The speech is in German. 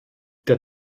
der